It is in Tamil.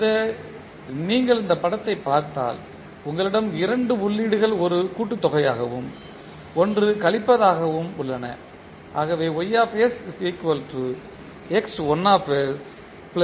இந்த நீங்கள் இந்த படத்தைப் பார்த்தால் உங்களிடம் இரண்டு உள்ளீடுகள் ஒரு கூட்டுத்தொகையாகவும் ஒன்று கழிப்பதாகவும் உள்ளன